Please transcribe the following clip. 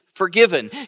forgiven